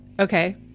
Okay